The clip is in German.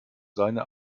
seine